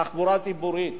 תחבורה ציבורית.